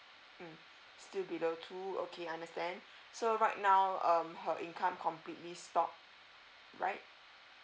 mm still below two okay understand so right now um her income completely stop right